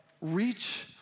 reach